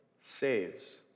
saves